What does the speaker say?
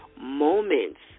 moments